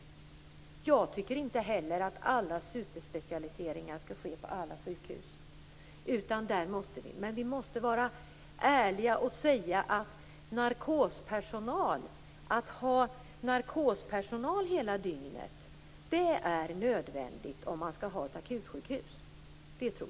Jag tycker inte heller att alla superspecialiseringar skall finnas på alla sjukhus. Vi måste alla vara ärliga och säga att tillgång till narkospersonal hela dygnet är nödvändigt på ett akutsjukhus.